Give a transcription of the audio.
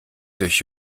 durch